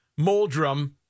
Moldrum